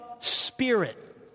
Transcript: Spirit